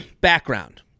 background